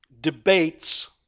debates